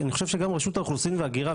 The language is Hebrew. אני חושב שגם רשות האוכלוסין וההגירה,